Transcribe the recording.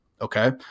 Okay